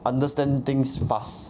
understand things fast